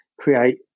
create